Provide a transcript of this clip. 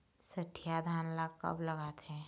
सठिया धान ला कब लगाथें?